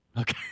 Okay